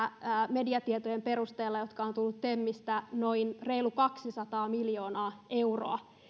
mediatietojen perusteella jotka ovat tulleet temistä noin reilu kaksisataa miljoonaa euroa